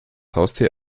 haustier